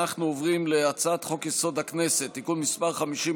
אנחנו עוברים להצעת חוק-יסוד: הכנסת (תיקון מספר 50,